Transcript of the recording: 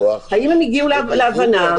האם הם הגיעו להבנה,